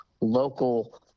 local